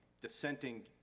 dissenting